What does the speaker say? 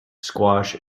squash